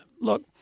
look